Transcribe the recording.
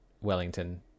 Wellington